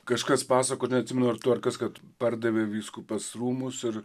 kažkas pasakojo neatsimenu ar tu ar kas kad pardavė vyskupas rūmus ir